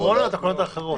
תקנות הקורונה או תקנות אחרות?